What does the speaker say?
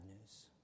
news